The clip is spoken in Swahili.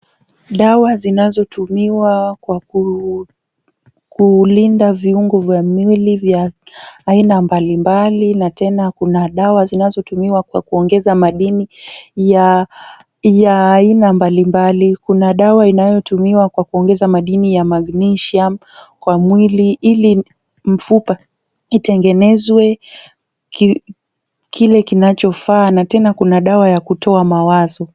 Dawa zinazotumiwa kwa kulinda viungo vya mwili vya aina mbali mbali na tena kuna dawa zinazotumiwa kwa kuongeza madini ya aina mbali mbali. Kuna dawa inayotumiwa kwa kuongeza madini ya Magnesium kwa mwili ili mfupa itengenezwa kile kinachofaa na tena kuna dawa ya kutoa mawazo.